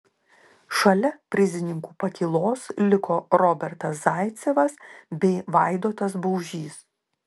šalia prizininkų pakylos liko robertas zaicevas bei vaidotas baužys